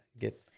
get